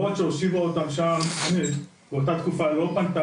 שהושיבו את מקורות שם באותה תקופה היא לא פנתה